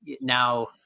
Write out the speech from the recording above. now